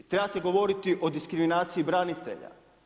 Trebate govoriti o diskriminaciji branitelja.